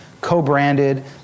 Co-branded